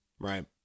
right